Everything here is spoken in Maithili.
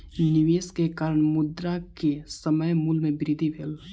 निवेश के कारण, मुद्रा के समय मूल्य में वृद्धि भेल